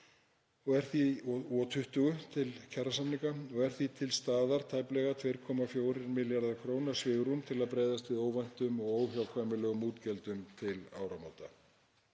20 til kjarasamninga, og er því til staðar tæplega 2,4 milljarða kr. svigrúm til að bregðast við óvæntum og óhjákvæmilegum útgjöldum til áramóta.